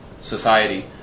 society